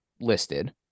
listed